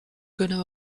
kunnen